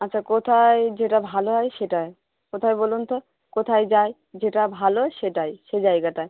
আচ্ছা কোথায় যেটা ভালো হয় সেটায় কোথায় বলুন তো কোথায় যাই যেটা ভালো সেটায় সেই জায়গাটায়